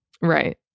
right